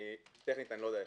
טכנית איני יודע.